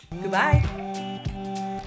goodbye